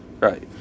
Right